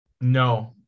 No